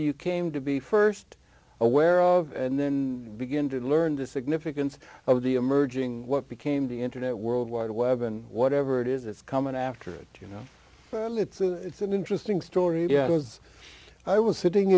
you came to be first aware of and then begin to learn the significance of the emerging what became the internet world wide web and whatever it is it's come in after it you know it's an interesting story yeah it was i was sitting